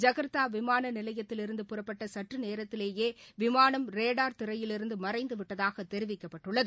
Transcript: ஜகார்தாவிமானநிலையத்திலிருந்து சற்றுநேரத்திலேயேவிமானம் ரோா் திரையிலிருந்துமறைந்துவிட்டதாகதெரிவிக்கப்பட்டுள்ளது